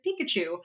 Pikachu